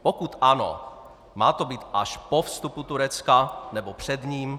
Pokud ano, má to být až po vstupu Turecka, nebo před ním?